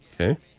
Okay